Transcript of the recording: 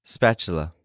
Spatula